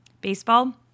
baseball